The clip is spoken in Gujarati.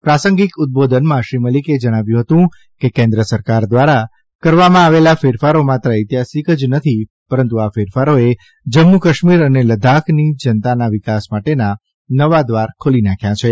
પ્રાસંગિક ઉદબોધનમાં શ્રી મલિકે જણાવ્યું હતું કે કેન્દ્ર સરકાર ધ્વારા કરવામાં આવેલા ફેરફારો માત્ર ઐતિહાસીક જ નથી પરંતુ આ ફેરફારોએ જમ્મુ કાશ્મીર અને લદાખની જનતાના વિકાસ માટેના નવા દ્વાર ખોલી નાખ્યા છે